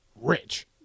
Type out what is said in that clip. rich